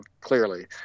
clearly